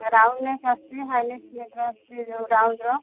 round neck ଆସୁଚି high neck ନେଟ୍ର ଆସୁଛି ଯୋଉ ରାଉଣ୍ଡ୍ ର